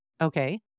Okay